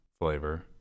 flavor